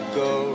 go